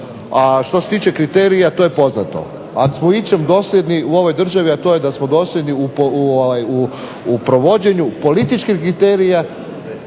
A što se tiče kriterija, to je poznato, ako smo u ičem dosljedni u ovoj državi a to je da smo dosljedni u provođenju političkih kriterija,